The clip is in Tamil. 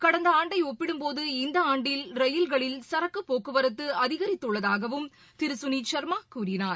கடந்த ஆண்டை ஒப்பிடும் போது இந்த ஆண்டில் ரயில்களில் சரக்கு போக்குவரத்து அதிகரித்துள்ளதாகவும் திரு சுனித் ஷர்மா கூறினார்